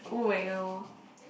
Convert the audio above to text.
!oh well!